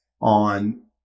on